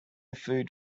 food